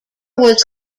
was